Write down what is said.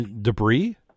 Debris